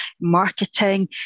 marketing